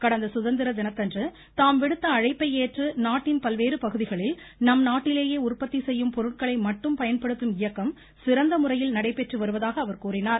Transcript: கடந்த சுதந்திர தினத்தன்று தாம் விடுத்த அழைப்பை ஏற்று நாட்டின் பல்வேறு பகுதிகளில் நம் நாட்டிலேயே உற்பத்தி செய்யும் பொருட்களை மட்டும் பயன்படுத்தும் இயக்கம் சிறந்த முறையில் நடைபெற்றுவருவதாக அவர் கூறினார்